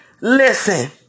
Listen